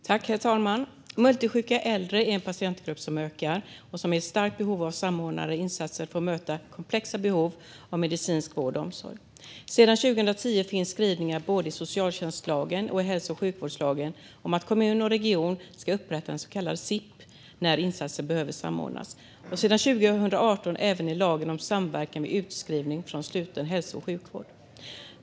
Herr talman! Multisjuka äldre är en patientgrupp som ökar och som är i starkt behov av samordnade insatser för att möta komplexa behov av medicinsk vård och omsorg. Sedan 2010 finns skrivningar i både socialtjänstlagen och hälso och sjukvårdslagen om att kommun och region ska upprätta en så kallad SIP när insatser behöver samordnas. Sedan 2018 finns detta även i lagen om samverkan vid utskrivning från sluten hälso och sjukvård.